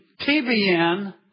TBN